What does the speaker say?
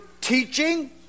teaching